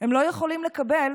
הם לא יכולים לקבל